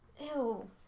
Ew